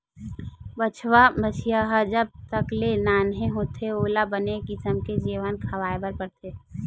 बछवा, बछिया ह जब तक ले नान्हे होथे ओला बने किसम के जेवन खवाए बर परथे